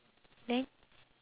then